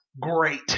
great